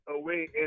away